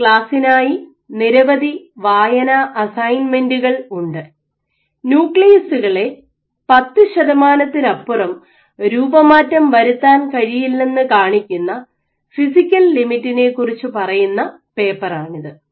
ഈ ക്ലാസ്സിനായി നിരവധി വായനാ അസൈൻമെന്റുകൾ ഉണ്ട് ന്യൂക്ലിയസ്സുകളെ 10 ശതമാനത്തിനപ്പുറം രൂപമാറ്റം വരുത്താൻ കഴിയില്ലെന്ന് കാണിക്കുന്ന ഫിസിക്കൽ ലിമിറ്റിനെ കുറിച്ച് പറയുന്ന പേപ്പറാണിത്